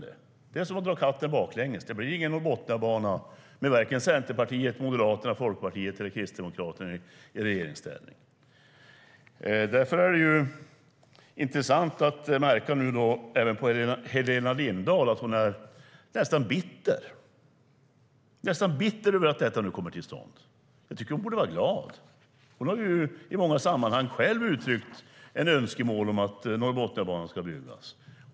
Det är som att dra katten baklänges. Det blir ingen Norrbotniabana med Centerpartiet, Moderaterna, Folkpartiet eller Kristdemokraterna i regeringsställning. Därför är det intressant att märka att Helena Lindahl nästan är bitter över att detta nu kommer till stånd. Jag tycker att hon borde vara glad. Hon har ju i många sammanhang själv uttryckt ett önskemål om att Norrbotniabanan ska byggas.